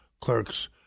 clerks